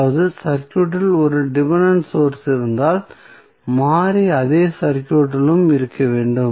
அதாவது சர்க்யூட்டில் ஒரு டிபென்டென்ட் சோர்ஸ் இருந்தால் மாறி அதே சர்க்யூட்டிலும் இருக்க வேண்டும்